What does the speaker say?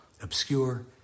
obscure